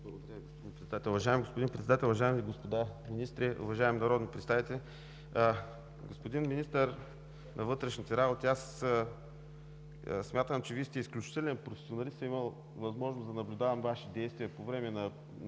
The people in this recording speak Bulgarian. Уважаеми господин Председател, уважаеми господа министри, уважаеми народни представители! Господин Министър на вътрешните работи, смятам, че Вие сте изключителен професионалист. Имал съм възможност да наблюдавам Ваши действия по време на